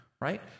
right